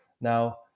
Now